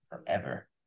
forever